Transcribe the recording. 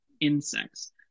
insects